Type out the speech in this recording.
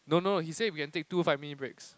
no no he said we can take two five minute breaks